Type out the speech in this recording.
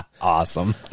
Awesome